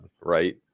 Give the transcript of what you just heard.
right